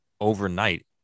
overnight